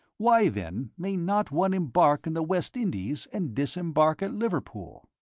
why, then, may not one embark in the west indies and disembark at liverpool?